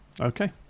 Okay